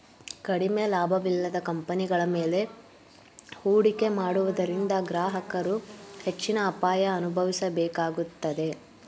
ಕಡಿಮೆ ಲಾಭವಿಲ್ಲದ ಕಂಪನಿಗಳ ಮೇಲೆ ಹೂಡಿಕೆ ಮಾಡುವುದರಿಂದ ಗ್ರಾಹಕರು ಹೆಚ್ಚಿನ ಅಪಾಯ ಅನುಭವಿಸಬೇಕಾಗುತ್ತದೆ